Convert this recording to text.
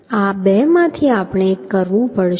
આ બેમાંથી એક આપણે કરવું પડશે